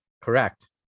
correct